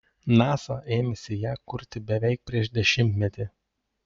nasa ėmėsi ją kurti beveik prieš dešimtmetį